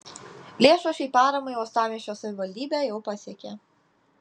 lėšos šiai paramai uostamiesčio savivaldybę jau pasiekė